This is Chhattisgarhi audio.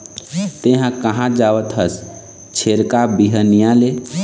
तेंहा कहाँ जावत हस छेरका, बिहनिया ले?